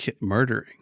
murdering